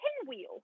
Pinwheel